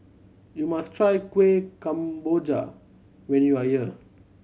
you must try Kuih Kemboja when you are here